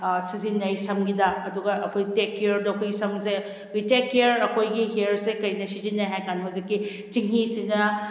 ꯁꯤꯖꯤꯟꯅꯩ ꯁꯝꯒꯤꯗ ꯑꯗꯨꯒ ꯑꯩꯈꯣꯏ ꯇꯦꯛꯀꯤꯌꯥꯔꯗ ꯑꯩꯈꯣꯏ ꯁꯝꯁꯦ ꯋꯤ ꯇꯦꯛ ꯀꯤꯌꯥꯔ ꯑꯩꯈꯣꯏꯒꯤ ꯍꯤꯌꯥꯔꯁꯤ ꯀꯩꯅ ꯁꯤꯖꯤꯟꯅꯩ ꯍꯥꯏꯔꯒ ꯍꯧꯖꯤꯛꯀꯤ ꯆꯦꯡꯍꯤꯁꯤꯅ